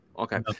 Okay